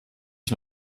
ich